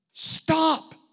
Stop